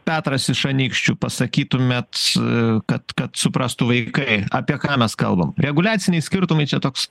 petras iš anykščių pasakytumėt kad kad suprastų vaikai apie ką mes kalbam reguliaciniai skirtumai čia toks